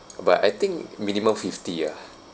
but I think minimum fifty ah